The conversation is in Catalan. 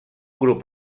grup